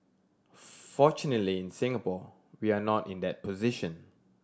fortunately in Singapore we are not in that position